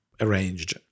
arranged